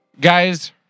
Guys